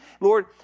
Lord